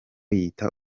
yita